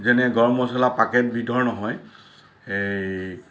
যেনে গৰম মছলা পেকেট বিধৰ নহয় এই